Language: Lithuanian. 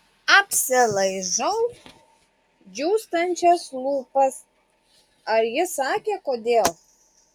apsilaižau džiūstančias lūpas ar jis sakė kodėl